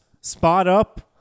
spot-up